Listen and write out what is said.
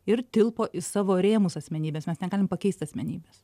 ir tilpo į savo rėmus asmenybės mes negalim pakeisti asmenybės